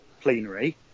plenary